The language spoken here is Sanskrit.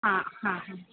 हा हा हा